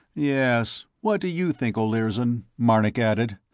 yes, what do you think, olirzon? marnik added.